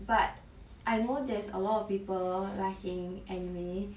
but I know there's a lot of people liking anime